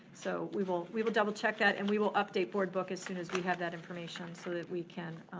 so we will we will double check that and we will update board book as soon as we have that information so that we can,